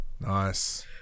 Nice